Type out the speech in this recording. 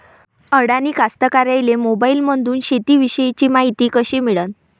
अडानी कास्तकाराइले मोबाईलमंदून शेती इषयीची मायती कशी मिळन?